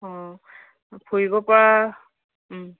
অঁ ফুৰিবপৰা